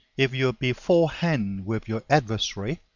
if you are beforehand with your adversary,